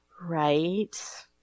Right